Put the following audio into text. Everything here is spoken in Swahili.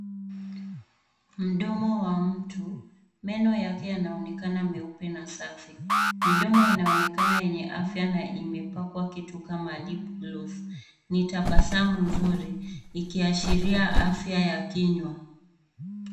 Mdomo wa mtu. Meno yake yanaonekana meupe na safi Midomo inaonekana enye afya na imepakwa kitu kama lipgloss . Ni tabasamu zuri, ikiashiria afya ya kinywa.